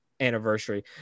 anniversary